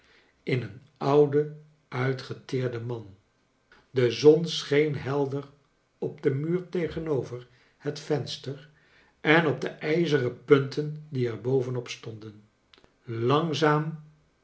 in een ouden uitgeteerden man de zon scheen helder op den muur tegenover het venster en op de ij zeren punten die er bovenop stonden langzaam